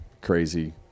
crazy